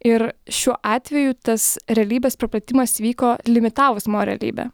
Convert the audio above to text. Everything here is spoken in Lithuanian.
ir šiuo atveju tas realybės praplėtimas vyko limitavus mano realybę